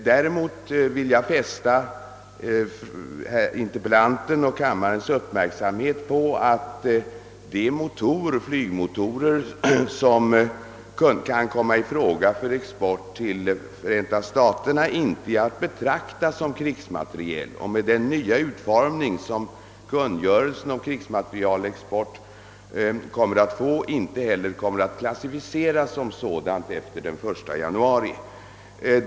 Däremot vill jag fästa interpellantens och kammarens uppmärksamhet på att de flygmotorer som kan komma i fråga för export till Förenta staterna inte är att betrakta som krigsmateriel, och med den nya utformning som kungörelsen om krigsmaterielexport kommer att få efter den 1 januari kommer de inte heller att klassificeras som krigsmateriel.